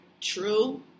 True